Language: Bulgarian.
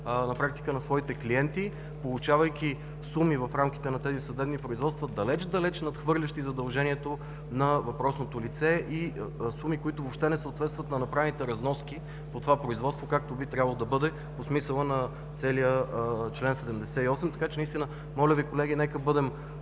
за сметка на своите клиенти, получавайки суми в рамките на тези съдебни производства, далеч, далеч надхвърлящи задължението на въпросното лице, и суми, които въобще не съответстват на направените разноски по това производство, както би трябвало да бъде по смисъла на целия чл. 78. Така че наистина, моля Ви колеги, нека да бъдем